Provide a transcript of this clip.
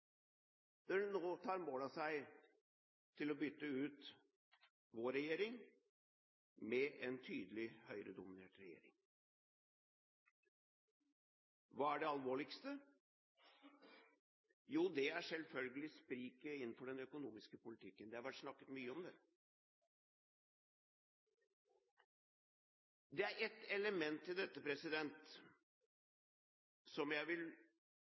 nå tar mål av seg til å bytte ut vår regjering med en tydelig høyredominert regjering. Hva er det alvorligste? Jo, det er selvfølgelig spriket innenfor den økonomiske politikken. Det har vært snakket mye om det. Det er et element i dette som jeg vil